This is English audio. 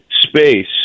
space